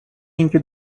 اینکه